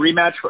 rematch